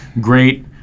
great